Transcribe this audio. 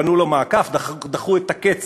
בנו לו מעקף, דחו את הקץ